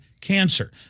cancer